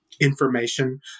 information